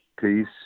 peace